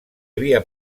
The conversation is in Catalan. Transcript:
havia